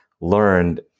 learned